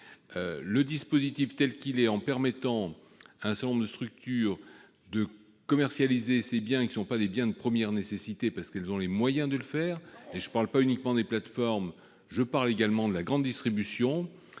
Ce dispositif, tel qu'il est prévu, en permettant à un certain nombre de structures de commercialiser des biens qui ne sont pas des biens de première nécessité, parce qu'ils ont les moyens de le faire- je ne parle pas uniquement des plateformes, car il y a aussi la grande distribution